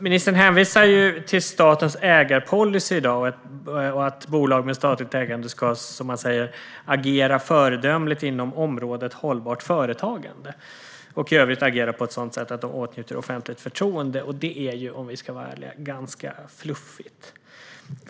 Ministern hänvisar till statens ägarpolicy i dag och att bolag med statligt ägande ska, som han säger, "agera föredömligt inom området hållbart företagande och i övrigt agera på ett sådant sätt de åtnjuter offentligt förtroende". Detta är, om vi ska vara helt ärliga, ganska fluffigt.